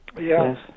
Yes